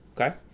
okay